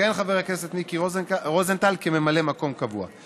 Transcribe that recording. יכהן חבר הכנסת מיקי רוזנטל כממלא מקום קבוע.